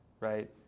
right